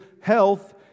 health